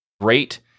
great